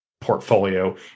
portfolio